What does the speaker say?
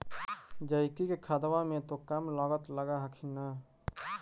जैकिक खदबा मे तो कम लागत लग हखिन न?